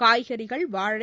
காய்கறிகள் வாழை